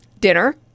Dinner